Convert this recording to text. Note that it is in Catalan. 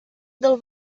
del